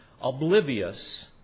oblivious